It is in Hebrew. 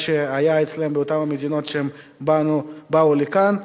שהיה להם באותן המדינות שמהן הם באו לכאן.